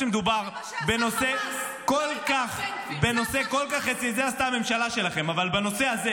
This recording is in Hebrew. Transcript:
כשמדובר בנושא כל כך --- זה מה שעשה חמאס,